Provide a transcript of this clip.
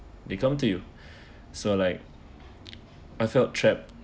they come to you so like I felt trapped